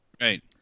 Right